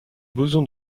boson